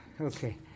Okay